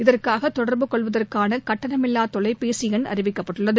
இதற்காக தொடர்பு கொள்வதற்கானகட்டணமில்வாதொலைபேசிஎன் அறிவிக்கப்பட்டுள்ளது